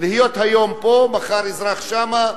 להיות היום פה, מחר אזרח שם.